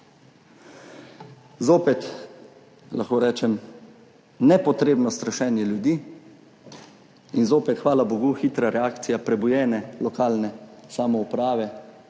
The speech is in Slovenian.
Zopet, lahko rečem, nepotrebno strašenje ljudi in zopet, hvala bogu, hitra reakcija prebujene lokalne samouprave,